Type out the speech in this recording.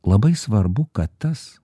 labai svarbu kad tas